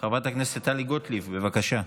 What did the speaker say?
חברת הכנסת טלי גוטליב, בבקשה.